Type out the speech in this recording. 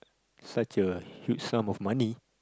such a huge sum of money